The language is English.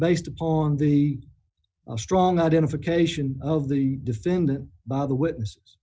based upon the strong identification of the defendant by the witness